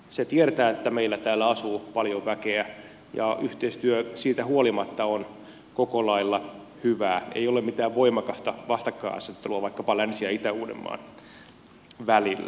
se tiedetään että meillä täällä asuu paljon väkeä ja yhteistyö siitä huolimatta on koko lailla hyvää ei ole mitään voimakasta vastakkainasettelua vaikkapa länsi ja itä uudenmaan välillä